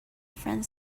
friend